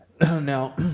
Now